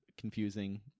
confusing